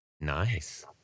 Nice